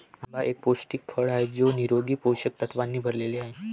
आंबा एक पौष्टिक फळ आहे जो निरोगी पोषक तत्वांनी भरलेला आहे